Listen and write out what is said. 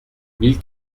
mille